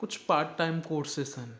कुझु part time courses आहिनि